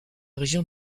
région